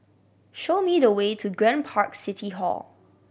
show me the way to Grand Park City Hall